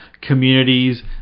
communities